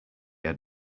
had